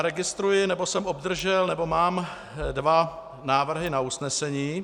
Registruji, nebo jsem obdržel, nebo mám dva návrhy na usnesení.